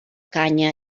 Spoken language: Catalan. canya